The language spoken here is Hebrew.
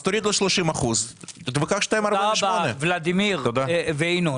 אז תוריד לו 30% ותיקח 2.48%. תודה רבה ולדימיר וינון.